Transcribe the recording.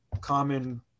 common